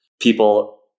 People